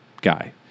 guy